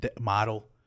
model